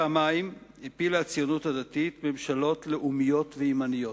פעמיים הפילה הציונות הדתית ממשלות לאומיות וימניות.